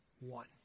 one